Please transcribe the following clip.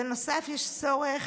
בנוסף, יש צורך